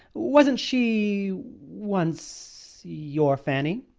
wasn't she once your fanny?